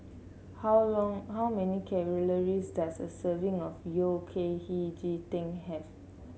how long how many calories does a serving of Yao Cai Hei Ji Tang have